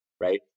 right